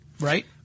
Right